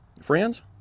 friends